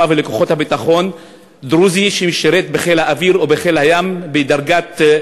ולכוחות הביטחון דרוזי ששירת בחיל האוויר או בחיל הים בדרגת,